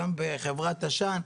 גם בחברה תש"ן,